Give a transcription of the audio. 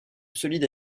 solide